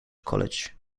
college